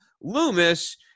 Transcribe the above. Loomis –